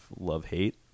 love-hate